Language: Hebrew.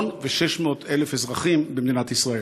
למיליון ו-600,000 אזרחים במדינת ישראל.